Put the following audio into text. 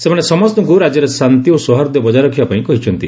ସେମାନେ ସମସ୍ତଙ୍କୁ ରାଜ୍ୟରେ ଶନ୍ତି ଓ ସୌହାର୍ଦ୍ଧ୍ୟ ବଜାୟ ରଖିବା ପାଇଁ କହିଛନ୍ତି